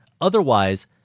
Otherwise